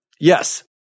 Yes